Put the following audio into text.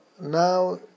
now